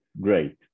great